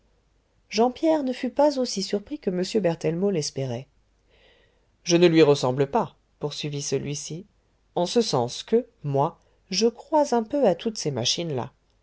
jean pierre ne fut pas aussi surpris que m berthellemot l'espérait je ne lui ressemble pas poursuivit celui-ci en ce sens que moi je crois un peu à toutes ces machines là